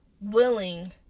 willing